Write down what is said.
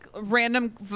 Random